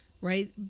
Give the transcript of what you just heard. right